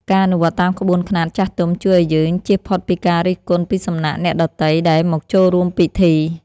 ការអនុវត្តតាមក្បួនខ្នាតចាស់ទុំជួយឱ្យយើងជៀសផុតពីការរិះគន់ពីសំណាក់អ្នកដទៃដែលមកចូលរួមពិធី។